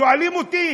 שואלים אותי